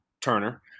Turner